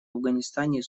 афганистане